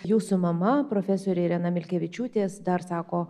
jūsų mama profesorė irena milkevičiūtė dar sako